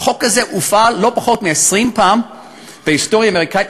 החוק הזה הופעל לא פחות מ-20 פעם בהיסטוריה האמריקנית,